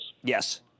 Yes